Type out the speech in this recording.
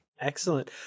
Excellent